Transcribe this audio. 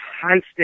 constant